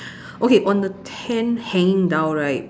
okay on the tent hanging down right